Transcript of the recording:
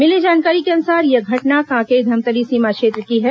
मिली जानकारी के अनुसार यह घटना कांकेर धमतरी सीमा क्षेत्र की है